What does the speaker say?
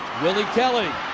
willie kelly